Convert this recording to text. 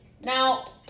now